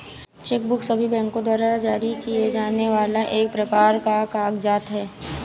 check book सभी बैंको द्वारा जारी किए जाने वाला एक प्रकार का कागज़ात है